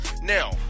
Now